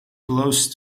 close